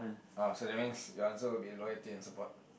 oh so that means your answer will be loyalty and support